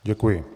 Děkuji.